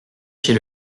chez